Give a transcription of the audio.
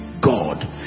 God